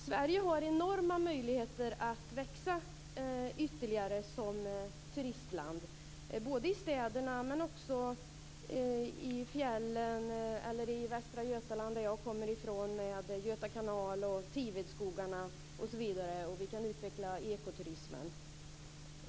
Sverige har enorma möjligheter att växa ytterligare som turistland, i städerna men också i fjällen och i västra Götaland, varifrån jag kommer, med Göta kanal och Tivedsskogarna osv., och vi kan utveckla ekoturismen.